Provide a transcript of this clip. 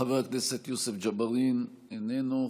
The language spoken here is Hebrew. חבר הכנסת יוסף ג'בארין, איננו.